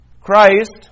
Christ